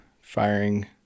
firing